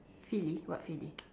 sealy what sealy